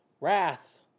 wrath